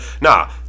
Nah